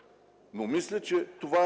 си мисля, че това